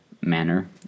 manner